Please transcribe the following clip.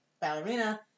ballerina